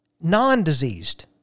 non-diseased